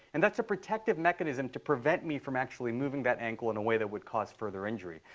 and that's a protective mechanism to prevent me from actually moving that ankle in a way that would cause further injury.